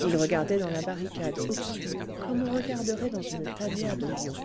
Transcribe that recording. ils regardaient dans la barricade obscure comme on regarderait dans une tanière de lions